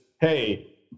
hey